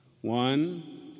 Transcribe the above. One